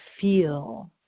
feel